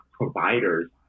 providers